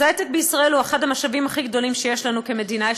אז ההיי-טק בישראל הוא אחד המשאבים הכי גדולים שיש לנו כמדינה.